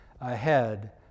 ahead